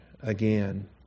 again